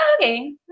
okay